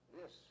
yes